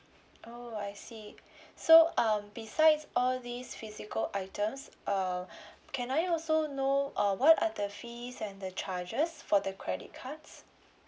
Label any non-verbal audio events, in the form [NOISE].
oh I see so um besides all these physical items err [BREATH] can I also know uh what are the fees and the charges for the credit cards